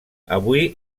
avui